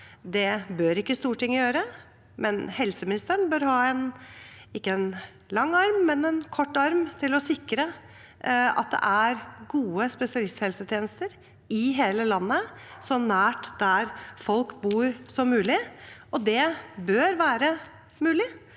bør ikke Stortinget gjøre. Helseministeren bør ikke ha en lang arm, men en kort arm til å sikre at det er gode spesialisthelsetjenester i hele landet, så nær der folk bor som mulig. Det bør være mulig,